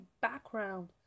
background